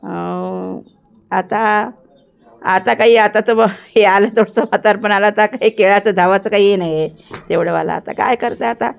आता आता काही आता तरं ब हे आलं थोडंसं वातार पण आलंता काही केळाचं धवाचं काही नाही आहे तेवढंवाला आता काय करतं आता